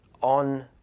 on